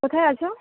কোথায় আছ